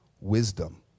wisdom